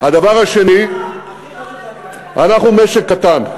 הדבר השני, אנחנו משק קטן,